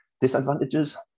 Disadvantages